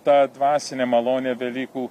ta dvasinė malonė velykų